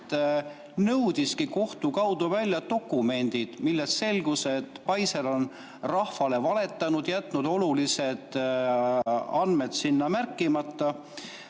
nõudiski kohtu kaudu välja dokumendid, millest selgus, et Pfizer on rahvale valetanud, jätnud olulised andmed sinna märkimata,